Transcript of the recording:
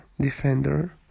defender